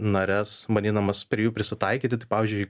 nares bandydamas prie jų prisitaikyti tai pavyzdžiui